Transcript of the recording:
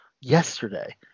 yesterday